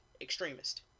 extremist